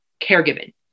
caregiving